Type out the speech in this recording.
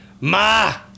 Ma